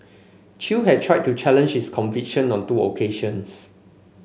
Chew had tried to challenge his conviction on two occasions